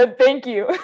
ah thank you.